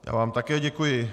Já vám také děkuji.